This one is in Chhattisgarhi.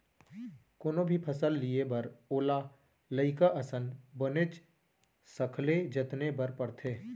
कोनो भी फसल लिये बर ओला लइका असन बनेच सखले जतने बर परथे